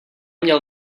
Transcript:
měl